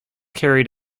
carried